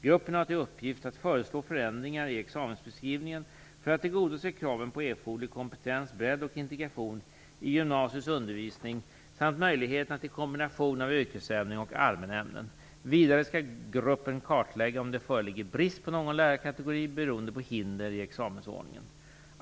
Gruppen har till uppgift att föreslå förändringar i examensbeskrivningen för att tillgodose kraven på erforderlig kompetens, bredd och integration i gymnasiets undervisning samt möjligheterna till kombination av yrkesämnen och allmänna ämnen. Vidare skall gruppen kartlägga om det föreligger brist på någon lärarkategori beroende på hinder i examensordningen.